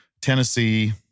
Tennessee